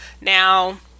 Now